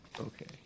Okay